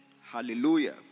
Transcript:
Hallelujah